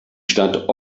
stadt